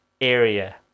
area